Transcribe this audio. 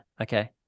Okay